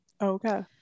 okay